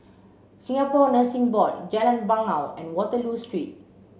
Singapore Nursing Board Jalan Bangau and Waterloo Street